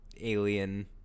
alien